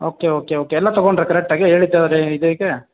okay okay okay ಎಲ್ಲ ತೊಗೊಂಡ್ರ ಕರೆಕ್ಟಾಗಿ ಹೇಳಿದ್ದು